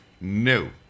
no